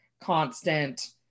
constant